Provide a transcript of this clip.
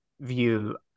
view